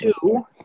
two